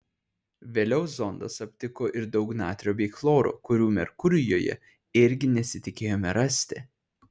vėliau zondas aptiko ir daug natrio bei chloro kurių merkurijuje irgi nesitikėjome rasti